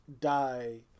die